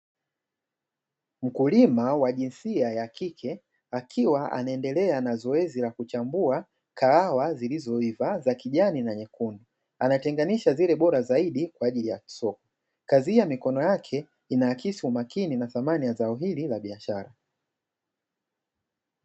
Mkulima wa jinsia ya kike akiwa anaendelea na zoezi la kuchambua kahawa zilizoiva za kijani na nyekundu, anatenganisha zile bora zaidi kwa ajili ya soko, kazi hii ya mikono yake inaakisi umakini na thamani ya zao hili la biashara.